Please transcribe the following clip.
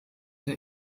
der